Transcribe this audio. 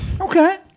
Okay